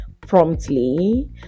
promptly